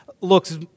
looks